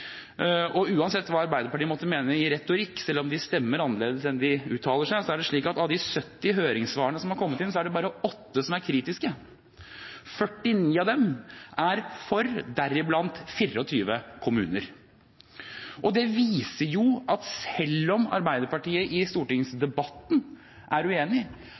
og uansett hva Arbeiderpartiet måtte mene i retorikk, selv om de stemmer annerledes enn de uttaler seg, er det slik at av de 70 høringssvarene som er kommet inn, er det bare åtte som er kritiske. 49 av dem er for, deriblant 24 kommuner. Det viser jo at selv om Arbeiderpartiet i stortingsdebatten er uenig,